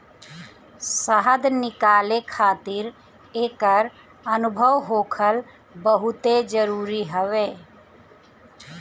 शहद निकाले खातिर एकर अनुभव होखल बहुते जरुरी हवे